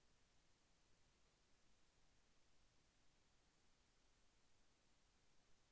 పంటలలో కనిపించే మార్పులకు కారణమయ్యే కీటకాన్ని గుర్తుంచటం ఎలా?